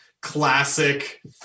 classic